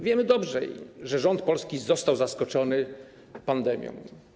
Wiemy dobrze, że rząd polski został zaskoczony pandemią.